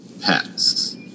pets